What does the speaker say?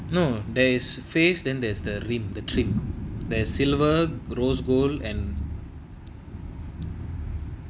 no there is face then there's the limb the trim their silver rose gold and